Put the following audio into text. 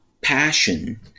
passion